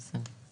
בסדר.